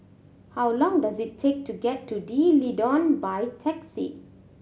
how long does it take to get to D'Leedon by taxi